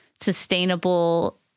sustainable